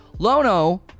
Lono